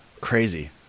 Crazy